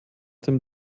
dem